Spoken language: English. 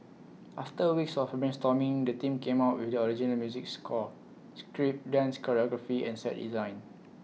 after weeks of brainstorming the team came up with the original music score script dance choreography and set design